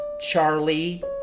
Charlie